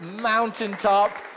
mountaintop